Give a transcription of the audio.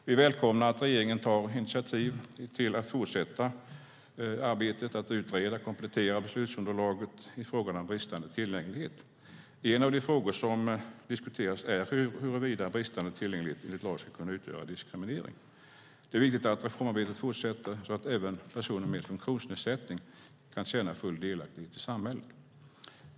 Vi välkomnar att regeringen tar initiativ till att fortsätta arbetet att utreda och komplettera beslutsunderlaget i fråga om bristande tillgänglighet. En av de frågor som diskuteras är huruvida bristande tillgänglighet ska utgöra diskriminering enligt lag. Det är viktigt att reformarbetet fortsätter så att även personer med funktionsnedsättning kan känna full delaktighet i samhället.